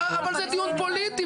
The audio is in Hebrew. אבל זה דיון פוליטי,